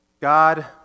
God